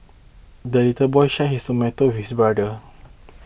the little boy shared his tomato with his brother